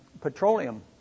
petroleum